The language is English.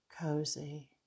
Cozy